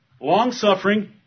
long-suffering